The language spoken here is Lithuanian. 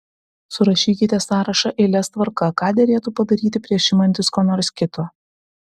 surašykite sąrašą eilės tvarka ką derėtų padaryti prieš imantis ko nors kito